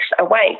Awake